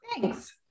Thanks